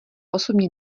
osobně